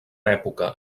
època